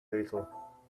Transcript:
little